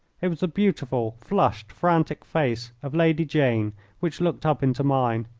it was the beautiful, flushed, frantic face of lady jane which looked up into mine.